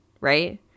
right